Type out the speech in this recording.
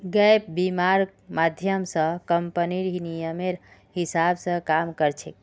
gap बीमा र माध्यम स कम्पनीर नियमेर हिसा ब काम कर छेक